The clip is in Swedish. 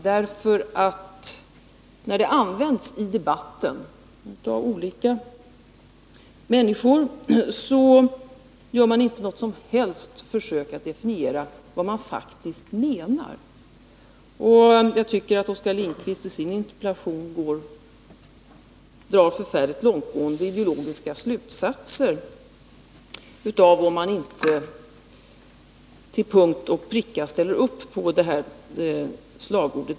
När uttrycket används i debatten av olika människor gör de inte något som helst försök att definiera vad de faktiskt menar. Och jag tycker att Oskar Lindkvist i sin Nr 33 interpellation drar förfärligt långtgående ideologiska slutsatser av om man Måndagen den inte till punkt och pricka ställer upp bakom detta slagord.